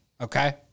okay